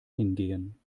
hingehen